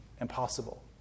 impossible